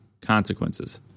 consequences